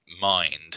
mind